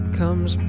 comes